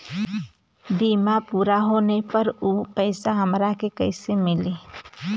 बीमा पूरा होले पर उ पैसा हमरा के कईसे मिली?